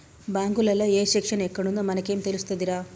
బాంకులల్ల ఏ సెక్షను ఎక్కడుందో మనకేం తెలుస్తదిరా